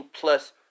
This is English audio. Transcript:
plus